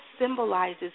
symbolizes